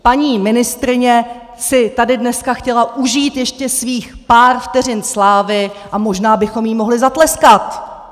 Paní ministryně si tady dneska chtěla užít ještě svých pár vteřin slávy a možná bychom jí mohli zatleskat!